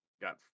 got